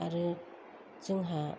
आरो जोंहा